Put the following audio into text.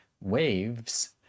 waves